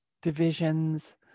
divisions